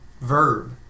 verb